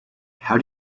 how